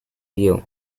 real